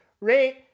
Rate